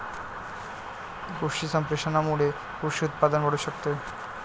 कृषी संप्रेषणामुळे कृषी उत्पादन वाढू शकते